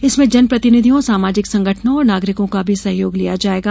इसमें जनप्रतिनिधियों सामाजिक संगठनो और नागरिकों का भी सहयोग लिया जाएगा